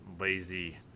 lazy